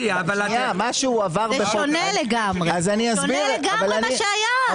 זה שונה לגמרי מה שהיה.